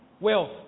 wealth